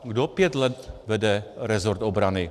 Kdo pět let vede resort obrany?